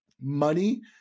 money